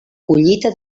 collita